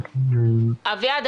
אביעד,